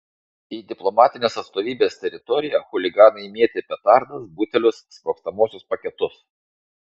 į diplomatinės atstovybės teritoriją chuliganai mėtė petardas butelius sprogstamuosius paketus